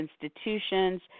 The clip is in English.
institutions